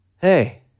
hey